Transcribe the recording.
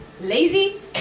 lazy